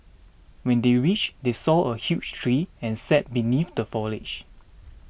when they reached they saw a huge tree and sat beneath the foliage